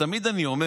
תמיד אני אומר